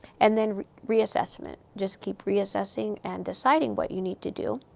and then, re-assessment just keep reassessing and deciding what you need to do.